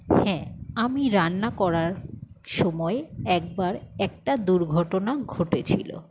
হ্যাঁ আমি রান্না করার সময়ে একবার একটা দুর্ঘটনা ঘটেছিলো